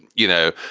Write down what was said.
you know,